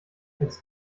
als